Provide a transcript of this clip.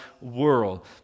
world